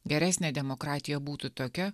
geresnė demokratija būtų tokia